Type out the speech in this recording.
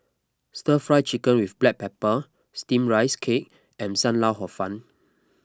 Stir Fry Chicken with Black Pepper Steamed Rice Cake and Sam Lau Hor Fun